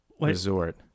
resort